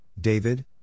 David